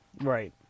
Right